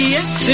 Yes